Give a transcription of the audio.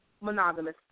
monogamous